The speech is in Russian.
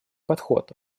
подход